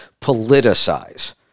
politicize